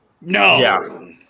No